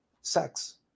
sex